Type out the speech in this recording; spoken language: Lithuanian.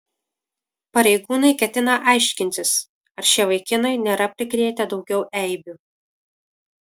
pareigūnai ketina aiškintis ar šie vaikinai nėra prikrėtę daugiau eibių